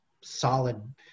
solid